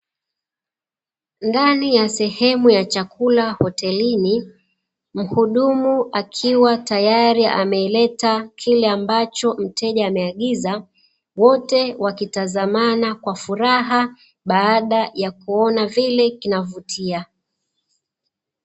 Ndani ya sehemu ya chakula hotelini mhudumu akiwa tayari ameleta kile ambacho mteja ameagiza, wote wakitazamana kwa furaha mara baada ya kuona vile kinavutia.